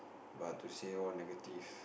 but to say all negative